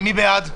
מי בעד?